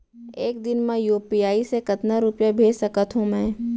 एक दिन म यू.पी.आई से कतना रुपिया भेज सकत हो मैं?